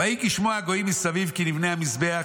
"ויהי כשמוע הגויים מסביב כי נבנה המזבח